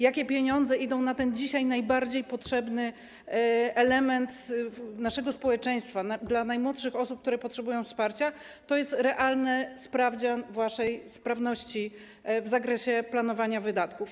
Jakie pieniądze idą na ten dzisiaj najbardziej potrzebny element naszego społeczeństwa, dla najmłodszych osób, które potrzebują wsparcia - to jest realny sprawdzian waszej sprawności w zakresie planowania wydatków.